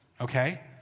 okay